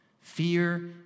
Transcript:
Fear